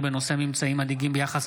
בהצעתם של חברי הכנסת ולדימיר בליאק,